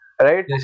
Right